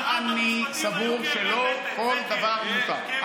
גם אני סבור שלא כל דבר מותר,